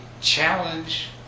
challenge